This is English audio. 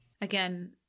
Again